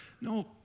No